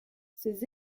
ses